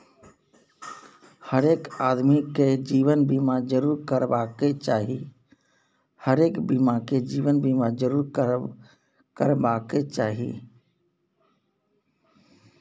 हरेक आदमीकेँ जीवन बीमा जरूर करेबाक चाही